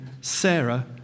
Sarah